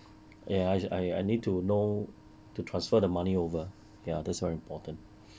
ya I I I need to know to transfer the money over ya that's very important